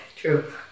True